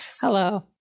Hello